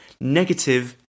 negative